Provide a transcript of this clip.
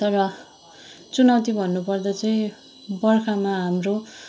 तर चुनौती भन्नुपर्दा चाहिँ बर्खामा हाम्रो